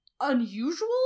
Unusual